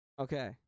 okay